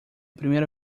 primeira